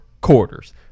quarters